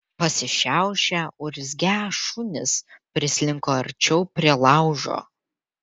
pasišiaušę urzgią šunys prislinko arčiau prie laužo